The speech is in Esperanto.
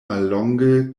mallonge